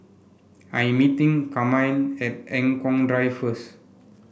I am meeting Carmine at Eng Kong Drive first